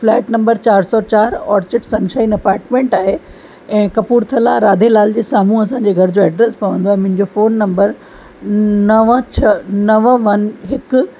flat number चारि सौ चारि ऑर्चिड सनशाइन अपार्टमेंट आहे ऐं कपूरथला राधेलाल जे साम्हूं असांजे घर जो एड्रेस पवंदो आहे मुंहिंजो फोन नम्बर नव छह नव वन हिक